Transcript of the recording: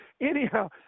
anyhow